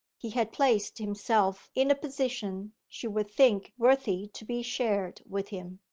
he had placed himself in a position she would think worthy to be shared with him?